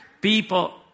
people